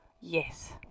Yes